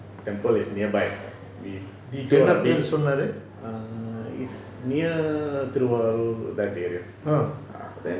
என்ன பெரு சொன்னாரு:enna peru sonnaru